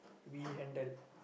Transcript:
we handle